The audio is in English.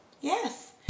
yes